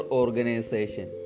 organization